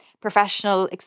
professional